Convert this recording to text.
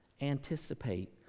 Anticipate